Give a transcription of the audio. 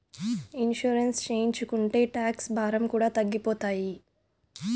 insurance చేయించుకుంటే tax భారం కూడా తగ్గిపోతాయి